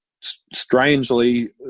strangely